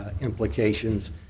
implications